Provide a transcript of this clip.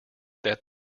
that